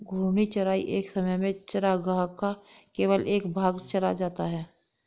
घूर्णी चराई एक समय में चरागाह का केवल एक भाग चरा जाता है